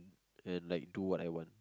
and like do what I want